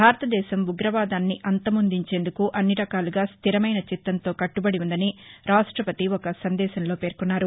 భారతదేశం ఉగ్రవాదాన్ని అంతమొందించేందుకు అన్ని రకాలుగా స్లిరమైన చిత్తంతో కట్టుబడి ఉందని రాష్టపతి ఒక సందేశంలో పేర్కొన్నారు